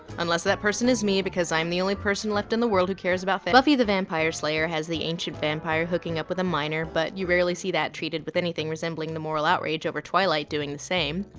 unless that person is me because i'm the only person left in the world who cares about this buffy the vampire slayer has the ancient vampire hooking up with a minor, but you rarely see that treated with anything resembling the moral outrage over twilight doing the same.